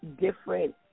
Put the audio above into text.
different